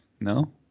No